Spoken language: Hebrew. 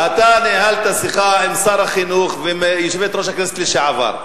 אתה ניהלת שיחה עם שר החינוך ועם יושבת-ראש הכנסת לשעבר,